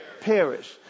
Perish